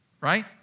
right